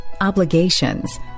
obligations